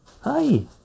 hi